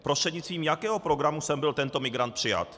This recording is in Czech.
Prostřednictvím jakého programu sem byl tento migrant přijat?